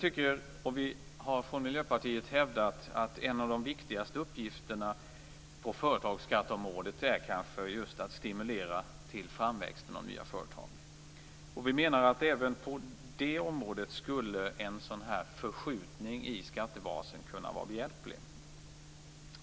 Vi har i Miljöpartiet hävdat att en av de viktigaste uppgifterna på företagsskatteområdet kanske är just att stimulera till framväxt av nya företag. Vi menar att även på det området skulle en förskjutning i skattebasen kunna vara behjälplig.